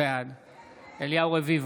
בעד אליהו רביבו,